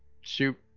shoot